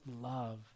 love